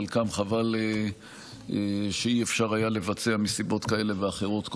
וחבל שאת חלקם לא היה אפשר לבצע קודם מסיבות כאלה ואחרות.